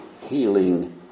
healing